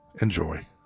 Enjoy